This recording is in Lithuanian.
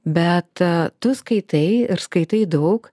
bet tu skaitai ir skaitai daug